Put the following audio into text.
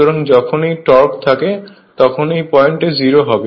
সুতরাং যখন এই টর্ক থাকে তখন এই পয়েন্টে 0 হয়